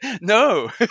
No